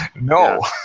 no